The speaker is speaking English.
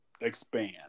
Expand